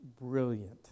brilliant